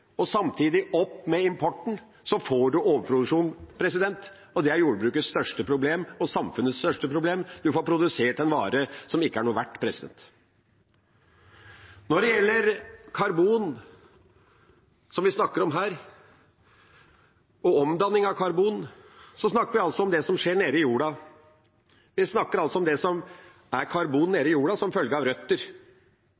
samtidig som en øker importen, får en overproduksjon. Det er jordbrukets og samfunnets største problem – en produserer en vare som ikke er noe verdt. Når det gjelder karbon og omdanning av karbon, som vi snakker om her, snakker vi om det som skjer nedi jorda. Vi snakker om det som er karbon